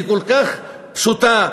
כל כך פשוטה,